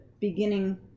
beginning